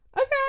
okay